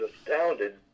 astounded